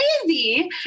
crazy